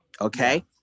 Okay